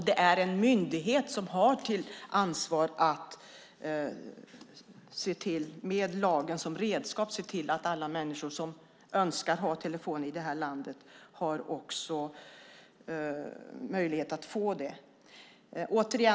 Det är en myndighet som har till ansvar att med lagen som redskap se till att alla människor som önskar ha telefon också har möjlighet att få det.